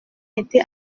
été